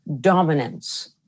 dominance